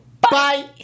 bye